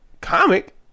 comic